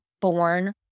born